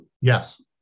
Yes